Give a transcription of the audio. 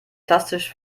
plastisch